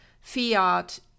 fiat